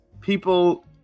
people